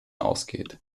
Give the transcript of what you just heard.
ausgeht